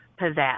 pizzazz